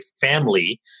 family